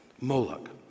Moloch